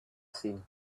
seen